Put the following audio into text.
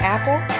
Apple